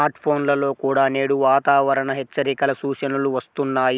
smart ఫోన్లలో కూడా నేడు వాతావరణ హెచ్చరికల సూచనలు వస్తున్నాయి